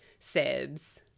Sibs